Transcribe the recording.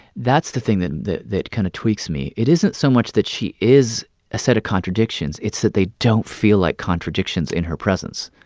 that's the thing that that kind of tweaks me. it isn't so much that she is a set of contradictions. it's that they don't feel like contradictions in her presence